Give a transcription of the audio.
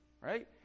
Right